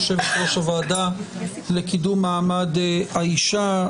יו"ר הוועדה לקידום מעמד האישה.